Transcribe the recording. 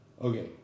Okay